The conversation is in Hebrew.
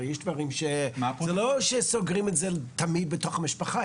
זה לא שסוגרים את זה תמיד בתוך המשפחה.